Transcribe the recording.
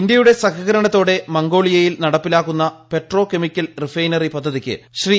ഇന്ത്യയുടെ സഹകരണത്തോടെ മംഗോളിയയിൽ നടപ്പിലാക്കുന്ന പെട്രോ കെമിക്കൽ റിഫൈനറി പദ്ധതിയ്ക്ക് ശ്രീ